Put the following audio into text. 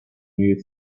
new